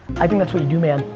i think that's what you do man,